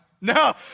no